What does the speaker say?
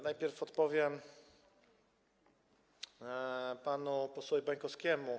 Najpierw odpowiem panu posłowi Bańkowskiemu.